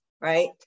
right